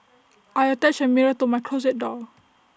I attached A mirror to my closet door